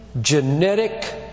genetic